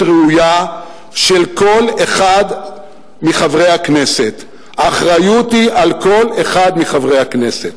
ראויה של כל אחד מחברי הכנסת" האחריות היא על כל אחד מחברי הכנסת,